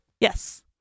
Yes